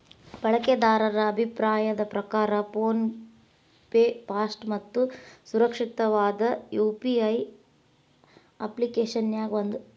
ಬಳಕೆದಾರರ ಅಭಿಪ್ರಾಯದ್ ಪ್ರಕಾರ ಫೋನ್ ಪೆ ಫಾಸ್ಟ್ ಮತ್ತ ಸುರಕ್ಷಿತವಾದ ಯು.ಪಿ.ಐ ಅಪ್ಪ್ಲಿಕೆಶನ್ಯಾಗ ಒಂದ